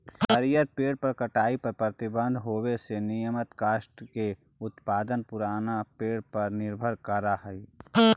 हरिअर पेड़ के कटाई पर प्रतिबन्ध होवे से नियमतः काष्ठ के उत्पादन पुरान पेड़ पर निर्भर करऽ हई